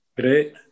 Great